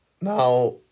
Now